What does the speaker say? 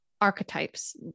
archetypes